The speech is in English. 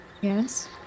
Yes